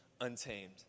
untamed